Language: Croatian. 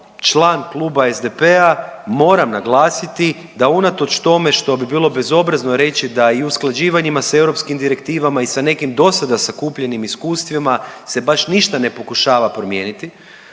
član kluba SDP-a moram naglasiti da unatoč tome što bi bilo bezobrazno reći da i usklađivanjima sa europskim direktivama i sa nekim do sada sakupljenim iskustvima se baš ništa ne pokušava promijeniti,